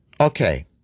Okay